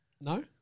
No